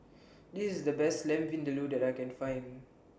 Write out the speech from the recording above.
This IS The Best Lamb Vindaloo that I Can Find